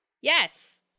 Yes